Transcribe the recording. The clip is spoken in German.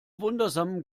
wundersamen